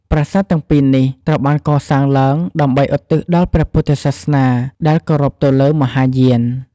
ប្រាសាទទាំងពីរនេះត្រូវបានកសាងឡើង ដើម្បីឧទ្ទិសដល់ព្រះពុទ្ធសាសនា ដែលគៅរពទៅលើ មហាយាន។